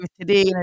today